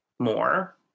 more